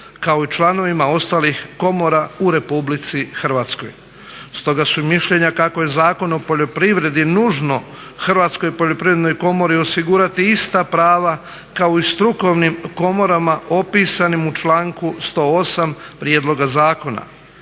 kao i članovima ostalih komora u Republici Hrvatskoj. Stoga su i mišljenja kako je Zakon o poljoprivredi nužno Hrvatskoj poljoprivrednoj komori osigurati ista prava kao i strukovnim komorama opisanim u članku 108. Prijedloga zakona.